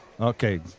Okay